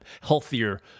healthier